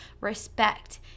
respect